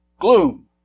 gloom